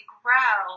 grow